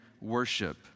worship